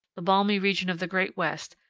the balmy region of the great west,